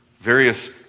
various